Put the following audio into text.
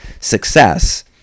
success